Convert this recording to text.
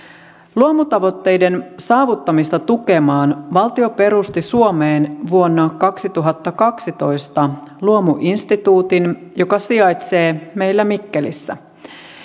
luomutavoitteiden saavuttamista tukemaan valtio perusti suomeen vuonna kaksituhattakaksitoista luomuinstituutin joka sijaitsee meillä mikkelissä